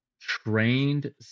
trained